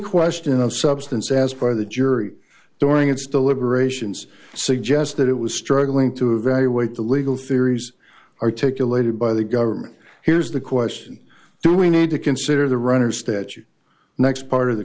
question of substance as by the jury during its deliberations suggests that it was struggling to evaluate the legal theories articulated by the government here's the question do we need to consider the runners that you next part of the